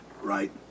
right